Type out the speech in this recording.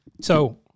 So-